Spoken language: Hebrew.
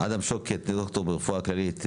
אדם שוקט, ד"ר ברפואה כללית,